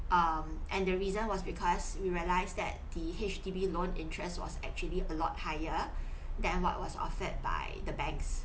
um and the reason was because we realise that the H_D_B loan interest was actually a lot higher than what was offered by the banks